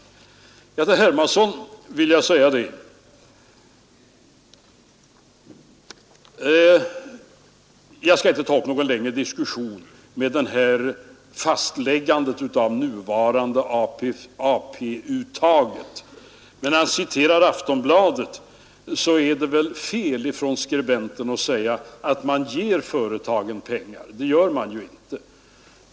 Till herr Hermansson vill jag säga att jag inte skall ta upp någon diskussion om fastläggandet av det nuvarande AP-uttaget. Herr Hermansson citerar Aftonbladet, men det är väl fel av skribenten där att påstå att man ger företagen pengar. Det gör man ju inte.